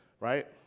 right